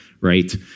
right